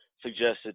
suggested